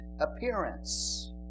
appearance